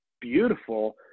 beautiful